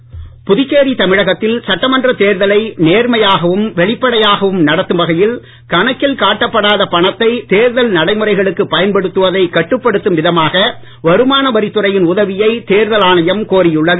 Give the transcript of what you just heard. வருமான வரித்துறை புதுச்சேரி தமிழகத்தில் சட்டமன்ற தேர்தலை நேர்மையாகவும் வெளிப்படையாகவும் நடத்தும் வகையில் கணக்கில் காட்டப்படாத பணத்தை தேர்தல் நடைமுறைகளுக்கு பயன்படுத்துவதை கட்டுப்படுத்தும் விதமாக வருமான வரித்துறையின் உதவியை தேர்தல் ஆணையம் கோரியுள்ளது